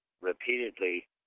repeatedly